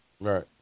Right